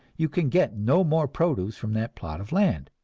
you can get no more produce from that plot of land.